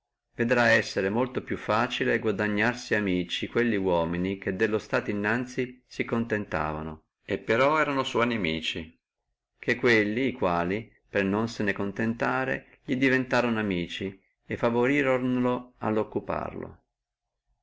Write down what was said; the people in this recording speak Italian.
vedrà esserli molto più facile guadagnarsi amici quelli uomini che dello stato innanzi si contentavono e però erano sua inimici che quelli che per non se ne contentare li diventorono amici e favorironlo a occuparlo